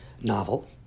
novel